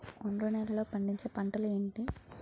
ఒండ్రు నేలలో పండించే పంటలు ఏంటి?